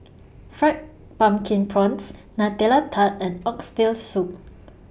Fried Pumpkin Prawns Nutella Tart and Oxtail Soup